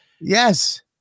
yes